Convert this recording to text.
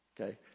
okay